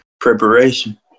Preparation